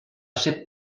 ser